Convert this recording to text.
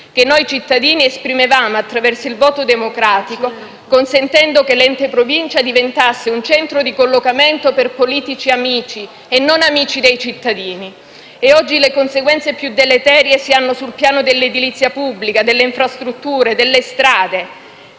che noi cittadini esprimevamo attraverso il voto democratico, consentendo che l'ente Provincia diventasse un centro di collocamento per politici amici e non amici dei cittadini. Oggi le conseguenze più deleterie si hanno sul piano dell'edilizia pubblica, delle infrastrutture, delle strade